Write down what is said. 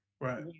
right